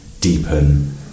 deepen